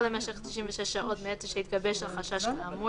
או למשך 96 שעות מעת שהתגבש החשש האמור,